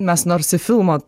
mes nors į filmą